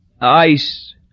Ice